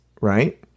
right